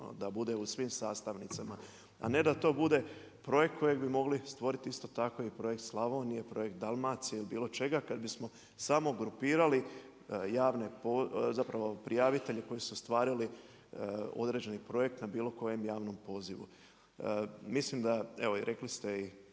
da bude u svim sastavnicama a ne da to bude projekt kojeg bi mogli stvoriti isto tako i projekt Slavonije, projekt Dalmacije ili bilo čega kad bismo samo grupirali, javne, zapravo, prijavitelje koji su ostvarili određeni projekt na bilo kojem javnom pozivu. Mislim da evo i rekli ste i